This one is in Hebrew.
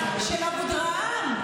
של אבודרהם,